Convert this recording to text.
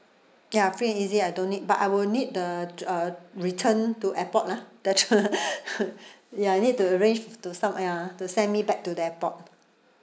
ya free and easy I don't need but I will need the to uh return to airport lah the tour ya I need to arrange to some ya to send me back to the airport